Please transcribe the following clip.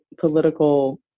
political